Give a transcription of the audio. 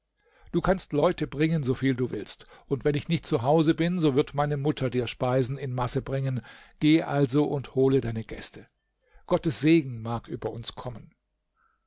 du kannst leute bringen so viel du willst und wenn ich nicht zu hause bin so wird meine mutter dir speisen in masse bringen geh also und hole deine gäste gottes segen mag über uns kommen